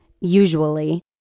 usually